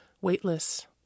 weightless